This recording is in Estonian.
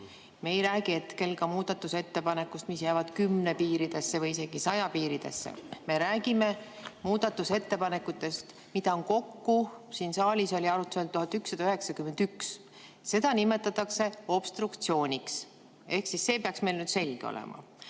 Me ei räägi hetkel ka muudatusettepanekutest, mis jäävad kümne piiridesse või isegi saja piiridesse. Me räägime muudatusettepanekutest, mida on kokku siin saalis arutlusel 1191. Seda nimetatakse obstruktsiooniks, see peaks meile nüüd selge olema.